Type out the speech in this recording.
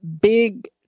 big